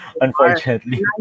unfortunately